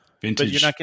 Vintage